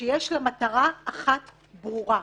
שיש לה מטרה אחת ברורה,